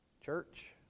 Church